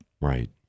right